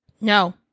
No